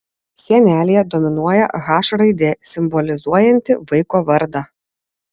sienelėje dominuoja h raidė simbolizuojanti vaiko vardą